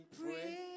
pray